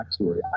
backstory